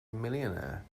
millionaire